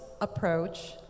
approach